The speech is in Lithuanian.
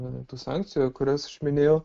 minėtų sankcijų kurias minėjau